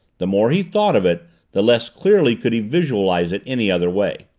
the more he thought of it the less clearly could he visualize it any other way.